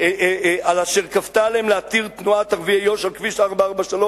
על אשר כפתה עליהם להתיר תנועת ערביי יו"ש על כביש 443,